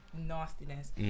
nastiness